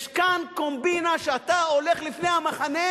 יש כאן קומבינה שאתה הולך לפני המחנה,